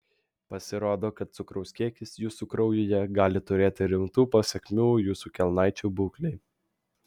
pasirodo kad cukraus kiekis jūsų kraujyje gali turėti rimtų pasekmių jūsų kelnaičių būklei